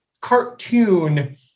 cartoon